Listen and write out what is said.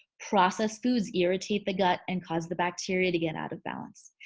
processed foods irritate the gut and cause the bacteria to get out of balance.